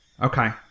Okay